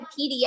PDA